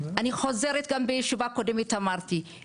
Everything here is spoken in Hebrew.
גם בישיבה הקודמת אמרתי את זה,